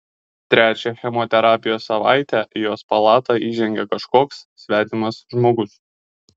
trečią chemoterapijos savaitę į jos palatą įžengė kažkoks svetimas žmogus